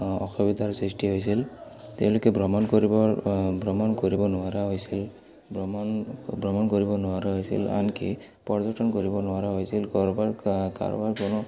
অসুবিধাৰ সৃষ্টি হৈছিল তেওঁলোকে ভ্ৰমণ কৰিবৰ ভ্ৰমণ কৰিব নোৱাৰা হৈছিল ভ্ৰমণ ভ্ৰমণ কৰিব নোৱাৰা হৈছিল আনকি পৰ্যটন কৰিব নোৱাৰা হৈছিল কাৰোবাৰ কাৰোবাৰ কোনো